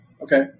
Okay